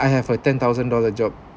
I have a ten thousand dollar job